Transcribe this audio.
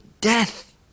death